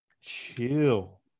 chill